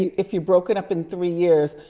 if you're broken up in three years,